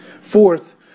Fourth